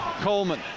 Coleman